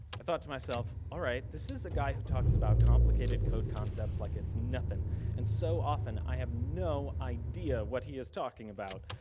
i thought to myself, alright this is a guy who talks about complicated code concepts like it's nothing and so often i have no idea what he is talking about,